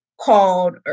called